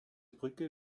brücke